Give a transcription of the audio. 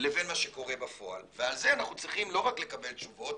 לבין מה שקורה בפועל ועל זה אנחנו צריכים לא רק לקבל תשובות,